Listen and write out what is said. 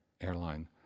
airline